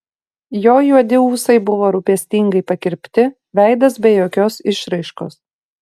jo juodi ūsai buvo rūpestingai pakirpti veidas be jokios išraiškos